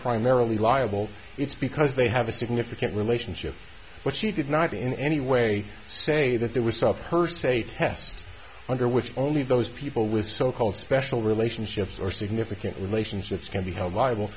primarily liable it's because they have a significant relationship but she did not in any way say that there was stuff per se test under which only those people with so called special relationships or significant relationships can be held liable